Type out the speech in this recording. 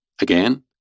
Again